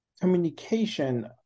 communication